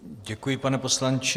Děkuji, pane poslanče.